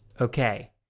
Okay